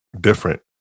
different